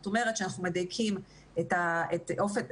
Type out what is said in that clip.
זאת אומרת שאנחנו מדייקים את אופן,